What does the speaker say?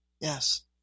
Yes